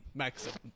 maximum